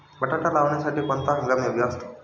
बटाटा लावण्यासाठी कोणता हंगाम योग्य असतो?